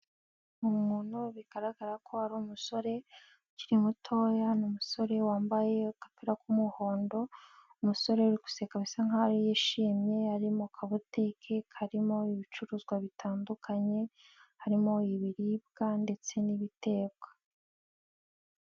Ni umuntu bigaragara ko ari umusore ukiri mutoya ni umusore wambaye akapira k'umuhondo, umusore uri guseka bisa nk'aho yishimye, ari mu kabutike karimo ibicuruzwa bitandukanye harimo ibiribwa ndetse n'ibitekwa.